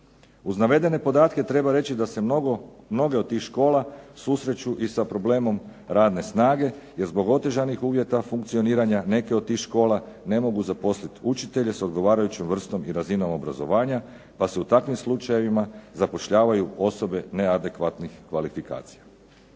Uz navedene podatke treba reći da se mnoge od tih škola susreću i sa problemom radne snage, jer zbog otežanih uvjeta funkcioniranja neke od tih škola ne mogu zaposliti učitelje s odgovarajućom vrstom i razinom obrazovanja, pa se u takvim slučajevima zapošljavaju osobe neadekvatnih kvalifikacija.